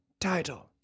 title